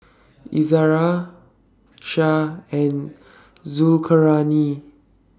Izara Syah and Zulkarnain